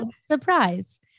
Surprise